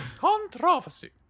controversy